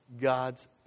God's